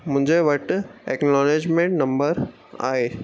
मुंहिंजे वटि acknowledgement number आहे